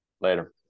later